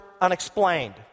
unexplained